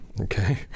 Okay